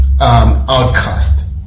outcast